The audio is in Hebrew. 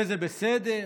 וזה בסדר,